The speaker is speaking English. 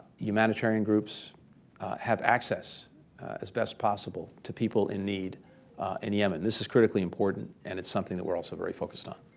humanitarian groups have access as best possible to people in need in yemen. this is critically important and it's something that we're also very focused on.